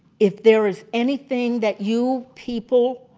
if there is anything that you people,